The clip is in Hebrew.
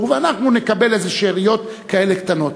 ואנחנו נקבל איזה שאריות כאלה קטנות.